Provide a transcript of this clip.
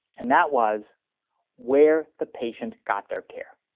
and that was where the patient got their care.